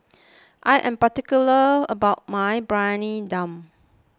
I am particular about my Briyani Dum